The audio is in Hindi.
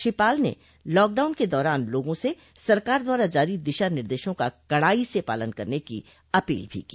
श्री पाल ने लॉकडाउन के दौरान लोगों से सरकार द्वारा जारी दिशा निर्देशों का कड़ाई से पालन करने की अपील भी की